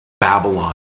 Babylon